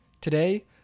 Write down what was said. Today